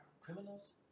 criminals